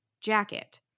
jacket